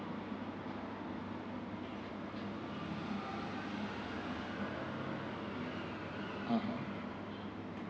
a'ah